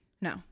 No